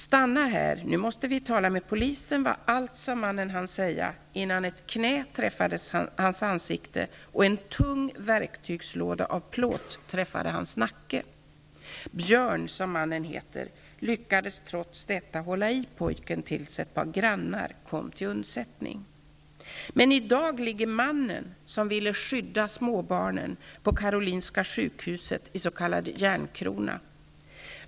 ''Stanna här, nu måste vi tala med polisen'', var allt som mannen hann säga, innan ett knä träffade hans ansikte och en tung verktygslåda av plåt träffade hans nacke. Björn, som mannen heter, lyckades trots detta hålla i pojken tills ett par grannar kom till undsättning. I dag ligger mannen som ville skydda småbarnen på Karolinska sjukhuset i s.k. järnkrona.